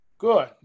good